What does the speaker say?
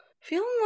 feeling